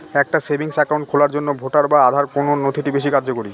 একটা savings account খোলার জন্য ভোটার বা আধার কোন নথিটি বেশী কার্যকরী?